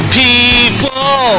people